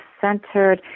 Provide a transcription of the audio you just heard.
centered